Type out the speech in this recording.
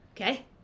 okay